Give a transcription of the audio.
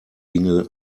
ginge